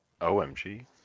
OMG